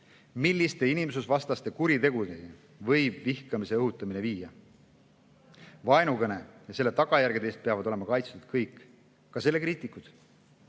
milliste inimsusvastaste kuritegudeni võib vihkamise õhutamine viia. Vaenukõne ja selle tagajärgede eest peavad olema kaitstud kõik, ka selle [eelnõu]